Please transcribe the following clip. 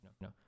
No